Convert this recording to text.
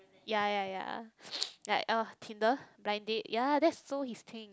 ya ya ya like ah tinder blind date ya that's so his thing